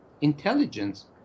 intelligence